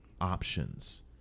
options